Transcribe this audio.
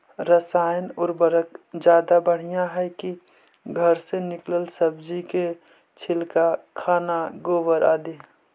रासायन उर्वरक ज्यादा बढ़िया हैं कि घर से निकलल सब्जी के छिलका, खाना, गोबर, आदि?